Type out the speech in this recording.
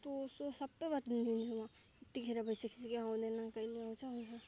तँ सो सबै दिन्छु नि म यतिखेर भइ सकिसक्यो आउँदैन कहिले आउँछ आउँछ